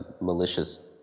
malicious